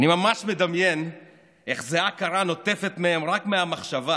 אני ממש מדמיין איך זיעה קרה נוטפת מהם רק מהמחשבה